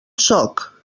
sóc